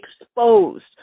exposed